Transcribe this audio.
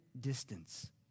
distance